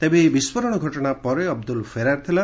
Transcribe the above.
ତେବେ ଏହି ବିସ୍କୋରଣ ଘଟଣା ପରେ ଅବଦୁଲ ଫେରାର ଥିଲା